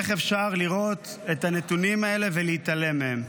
איך אפשר לראות את הנתונים האלה ולהתעלם מהם?